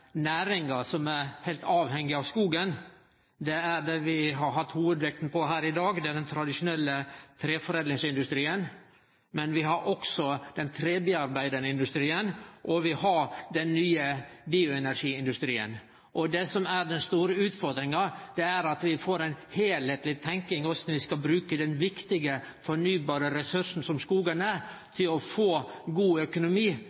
næringar som er heilt avhengige av skogen. Den vi har hatt hovudvekta på her, er den tradisjonelle treforedlingsindustrien. Men vi har også den trebearbeidande industrien, og vi har den nye bioenergiindustrien. Det som er den store utfordringa, er at vi må få ei heilskapleg tenking for korleis vi skal bruke den viktige, fornybare ressursen som skogen er, til å få god økonomi